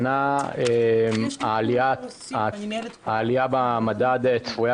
כידוע, השנה העלייה במדד צפויה